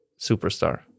superstar